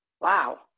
Wow